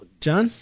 John